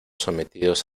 sometidos